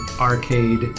Arcade